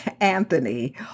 Anthony